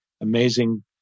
amazing